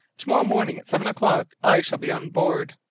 to-morrow morning, at seven o'clock, i shall be on board.